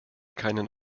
keinen